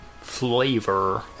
Flavor